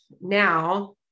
now